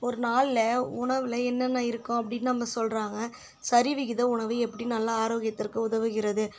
ஒரு நாளில் உணவில் என்னென்ன இருக்கும் அப்படின்னு நம்ம சொல்லுறாங்க சரிவிகித உணவு எப்படி நல்லா ஆரோக்கியத்திற்கு உதவுகிறது